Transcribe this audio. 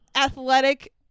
athletic